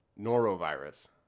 norovirus